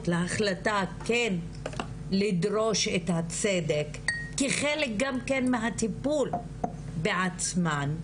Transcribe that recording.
להחלטה כן לדרוש את הצדק כחלק גם כן מהטיפול בעצמן,